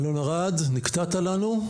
אלון ארד, נקטעת לנו.